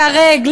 להיהרג,